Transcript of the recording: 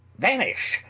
vanish,